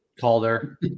Calder